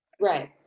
Right